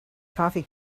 coffee